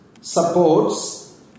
supports